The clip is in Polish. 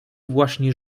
właśnie